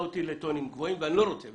אותי לטונים גבוהים ואני לא רוצה בכך.